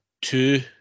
two